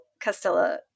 castella